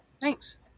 Thanks